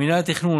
מינהל התכנון,